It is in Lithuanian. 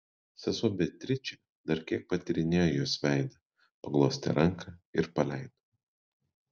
sesuo beatričė dar kiek patyrinėjo jos veidą paglostė ranką ir paleido